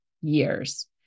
years